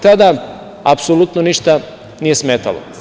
Tada apsolutno ništa nije smetalo.